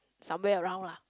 somewhere around lah